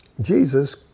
jesus